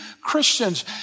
Christians